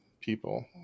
people